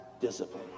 discipline